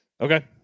Okay